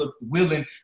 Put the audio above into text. willing